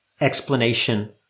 explanation